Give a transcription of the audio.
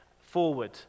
forward